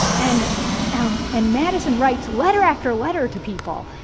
and um and madison writes letter after letter to people.